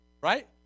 Right